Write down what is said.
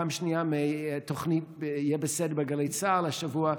פעם שנייה מהתוכנית "יהיה בסדר" בגלי צה"ל השבוע,